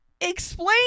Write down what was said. Explain